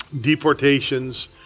deportations